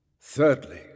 Thirdly